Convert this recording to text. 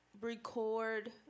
record